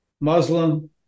Muslim